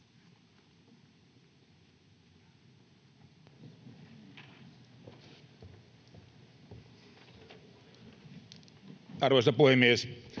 Arvoisa puhemies!